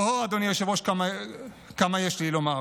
או הו, אדוני היושב-ראש, כמה יש לי לומר,